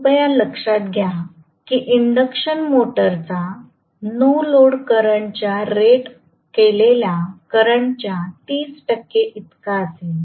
कृपया लक्षात घ्या की इंडक्शन मोटरचा नो लोड करंट च्या रेट केलेल्या करंट च्या 30 टक्के इतका असेल